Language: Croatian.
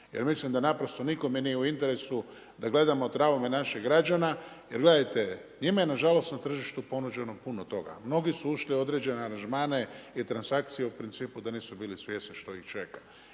jer mislim da naprosto nikome nije u interesu da gledamo traume naših građana, jer gledajte, njima je nažalost na tržištu puno toga. Mnogi su ušli u određene aranžmane i transakcije u principu da nisu bili svjesni što ih čeka.